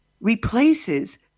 replaces